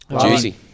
Juicy